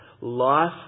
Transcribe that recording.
life